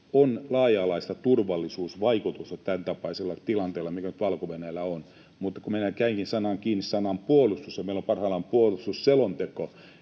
on laaja-alaista turvallisuusvaikutusta tämäntapaisella tilanteella, mikä nyt Valko-Venäjällä on. Mutta minä kävinkin kiinni sanaan ”puolustus”, ja kun meillä on parhaillaan puolustusselonteko,